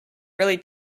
really